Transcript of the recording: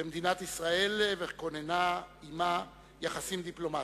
במדינת ישראל וכוננה עמה יחסים דיפלומטיים.